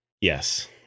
Yes